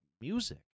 music